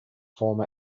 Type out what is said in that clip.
former